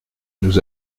nous